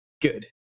good